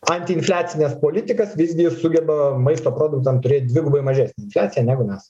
antiinfliacines politikas visgi sugeba maisto produktam turėt dvigubai mažesnę infliaciją negu mes